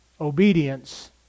obedience